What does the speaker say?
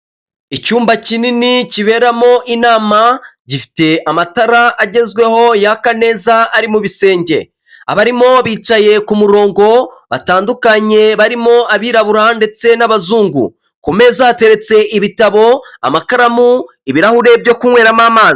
Icyumba kinini kiberamo inama gifite amatara agezweho yaka neza ari mu bisenge, abarimo bicaye ku murongo batandukanye barimo abirabura ndetse n'abazungu ku meza hateretse ibitabo, amakaramu, ibirahuri byo kunkweramo amazi.